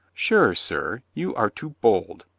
sure, sir, you are too bold,